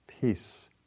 peace